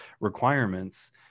requirements